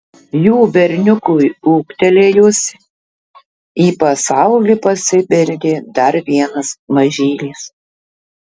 jų berniukui ūgtelėjus į pasaulį pasibeldė dar vienas mažylis